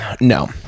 No